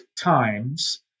times